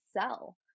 sell